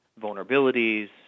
vulnerabilities